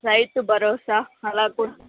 Rythu Bharosa